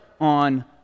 on